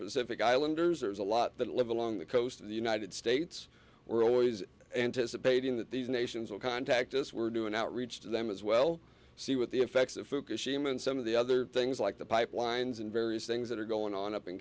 pacific islanders there's a lot that live along the coast of the united states we're always anticipating that these nations will contact us we're doing outreach to them as well see with the effects of fukushima and some of the other things like the pipelines and various things that are going on up in